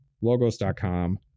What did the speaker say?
logos.com